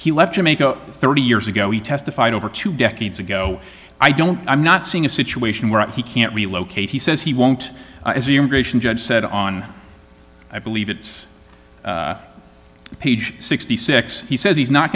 he left jamaica thirty years ago he testified over two decades ago i don't i'm not seeing a situation where he can't relocate he says he won't judge said on i believe it's page sixty six he says he's not